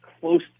close